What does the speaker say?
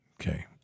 Okay